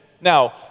Now